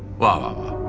wow!